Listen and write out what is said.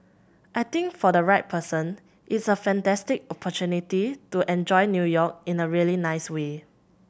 I think for the right person it's a fantastic opportunity to enjoy New York in a really nice way